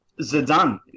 Zidane